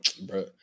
Bro